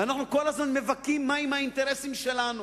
ואנחנו כל הזמן מבכים, מה עם האינטרסים שלנו.